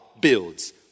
builds